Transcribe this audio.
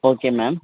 okay ma'am